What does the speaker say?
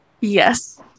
yes